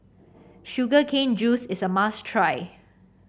Sugar Cane Juice is a must try